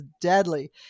deadly